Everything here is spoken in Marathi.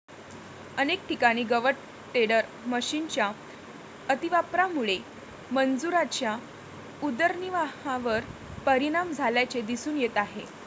अनेक ठिकाणी गवत टेडर मशिनच्या अतिवापरामुळे मजुरांच्या उदरनिर्वाहावर परिणाम झाल्याचे दिसून येत आहे